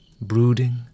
brooding